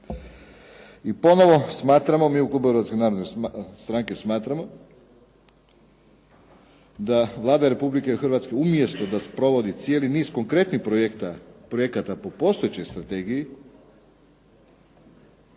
I ponovo smatramo, mi u klubu Hrvatske narodne stranke smatramo da Vlada Republike Hrvatske umjesto da sprovodi cijeli niz konkretnih projekata po postojećoj strategiji